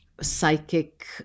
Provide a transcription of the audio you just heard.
psychic